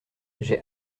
j’ai